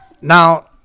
now